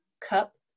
cup